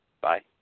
Bye